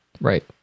Right